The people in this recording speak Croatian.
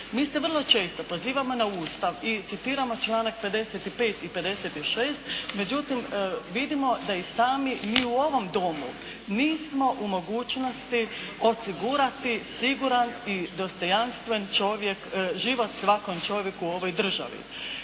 Mi se vrlo često pozivamo na Ustav i citiramo članak 55. i 56. međutim vidimo da i sami mi u ovom Domu nismo u mogućnosti osigurati siguran i dostojanstven čovjek, život svakom čovjeku u ovoj državi.